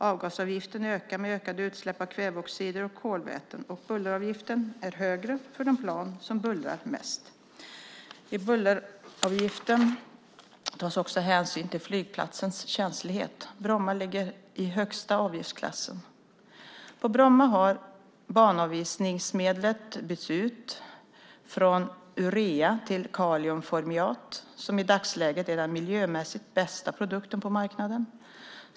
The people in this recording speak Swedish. Avgasavgiften ökar med ökande utsläpp av kväveoxider och kolväten och bulleravgiften är högre för de plan som bullrar mest. I bulleravgiften tas också hänsyn till flygplatsens känslighet. Bromma ligger i högsta avgiftsklassen. På Bromma har banavisningsmedlet bytts ut från urea till kaliumformiat, som i dagsläget är den miljömässigt bästa produkten på marknaden.